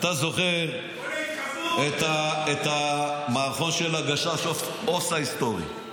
אתה זוכר את המערכון של הגשש "אופסייד סטורי",